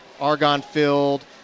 argon-filled